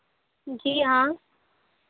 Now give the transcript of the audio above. जी हाँ